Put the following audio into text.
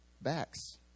backs